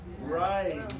Right